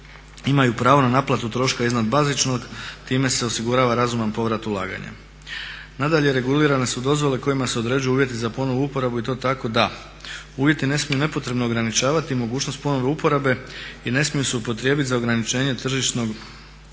imaju pravo na naplatu troška iznad bazičnog time se osigurava razuman povrat ulaganja. Nadalje, regulirane su dozvole kojima se određuju uvjeti za ponovnu uporabu i to tako da uvjeti ne smiju nepotrebno ograničavati mogućnost ponovne uporabe i ne smiju se upotrijebit za ograničenje tržišnog natjecanja.